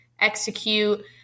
execute